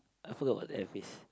I forget about the F phase